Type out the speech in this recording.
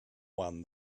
one